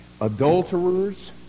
adulterers